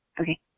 okay